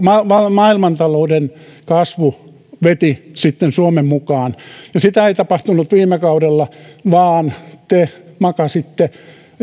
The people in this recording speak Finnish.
maailmantalouden kasvu veti sitten suomen mukaan ja sitä ei tapahtunut viime kaudella vaan te makasitte